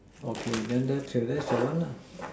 okay then then that's the one